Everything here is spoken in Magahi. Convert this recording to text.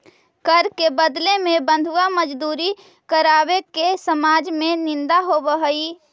कर के बदले में बंधुआ मजदूरी करावे के समाज में निंदा होवऽ हई